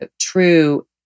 true